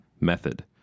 method